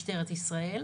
משטרת ישראל.